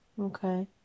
Okay